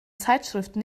zeitschriften